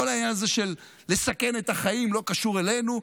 כל העניין הזה של לסכן את החיים לא קשור אלינו.